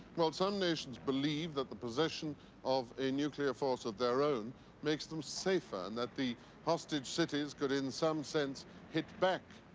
well some nations believed that the possession of a nuclear force of their own makes them safer and that the hostage cities could in some sense hit back.